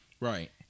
Right